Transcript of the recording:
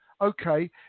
okay